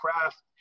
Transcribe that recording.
craft